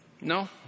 No